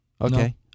Okay